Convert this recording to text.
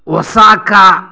Osaka